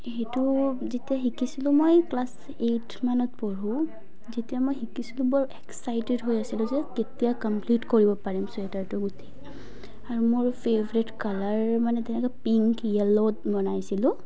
সেইটো যেতিয়া শিকিছিলোঁ মই ক্লাছ এইটমানত পঢ়োঁ যেতিয়া মই শিকিছিলোঁ বৰ এক্সাইটেড হৈ আছিলোঁ যে কেতিয়া কমপ্লিট কৰিব পাৰিম চুৱেটাৰটো গুঠি আৰু মোৰ ফেভৰেট কালাৰ মানে তেনেকৈ পিংক য়েল'ত বনাইছিলোঁ